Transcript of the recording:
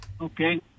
Okay